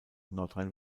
nordrhein